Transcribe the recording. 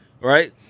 right